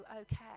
okay